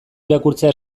irakurtzea